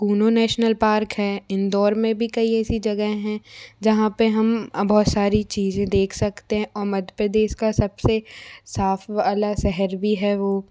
कोनो national park है इन्दौर में भी कई ऐसी जगह है जहाँ पे हम बहुत सारी चीज़ें देख सकते हैं और मध्य प्रदेश का सबसे साफ वाला शहर भी है वो